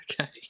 okay